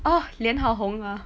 ugh 脸好红啊